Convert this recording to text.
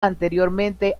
anteriormente